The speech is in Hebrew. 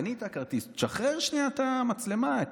קנית כרטיס, תשחרר שנייה את המצלמה.